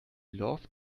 loved